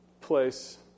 place